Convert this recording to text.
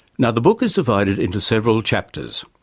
and the book is divided into several chapters.